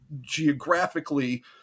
geographically